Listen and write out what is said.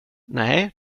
nej